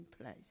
place